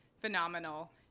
phenomenal